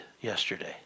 yesterday